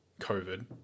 covid